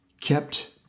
kept